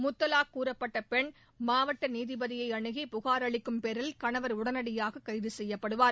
முத்தலாக் கூறப்பட்ட பெண் மாவட்ட நீதிபதியை அனு கி புகார் அளிக்கும் பேரில் கணவர் உடனடியாக கைது செய்யப்படுவார்